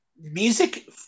music